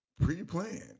pre-planned